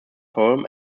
poem